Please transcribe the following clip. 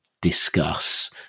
Discuss